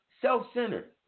self-centered